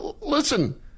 Listen